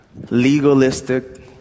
legalistic